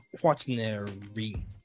quaternary